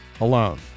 alone